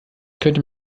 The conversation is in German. könnte